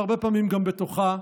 והרבה פעמים גם בתוכה,